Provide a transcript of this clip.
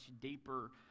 deeper